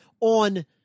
on